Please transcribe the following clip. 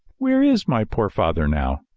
where is my poor father now?